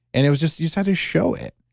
and it was just, you just had to show it.